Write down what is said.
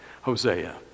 Hosea